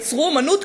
יצרו אמנות?